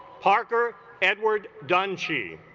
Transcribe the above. parker edward dunn qi